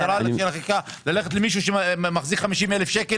מטרת החקיקה ללכת למישהו שמחזיק 50,000 שקל